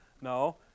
No